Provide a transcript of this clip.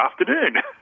afternoon